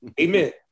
Amen